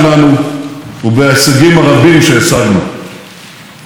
בעשור המופלא הזה שינינו את פני הדרום והצפון,